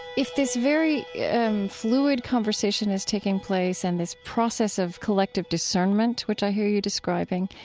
if this very and fluid conversation is taking place and this process of collective discernment, which i hear you describing,